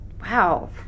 Wow